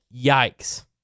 Yikes